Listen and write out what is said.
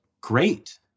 great